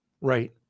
Right